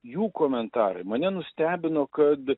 jų komentarai mane nustebino kad